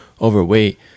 overweight